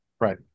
Right